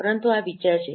પરંતુ આ વિચાર છે